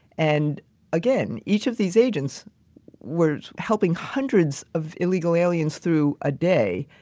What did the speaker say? and again, each of these agents were helping hundreds of illegal aliens through a day.